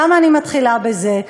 למה אני מתחילה בזה?